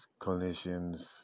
clinicians